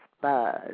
Buzz